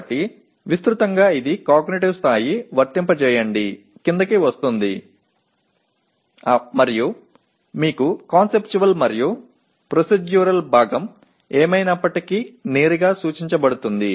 కాబట్టి విస్తృతంగా ఇది కాగ్నిటివ్ స్థాయి వర్తింపజేయండిఅప్లై కిందకి వస్తుంది మరియు మీకు కాన్సెప్చువల్ మరియు ప్రొసీడ్యురల్ భాగం ఏమైనప్పటికీ నేరుగా సూచించబడుతుంది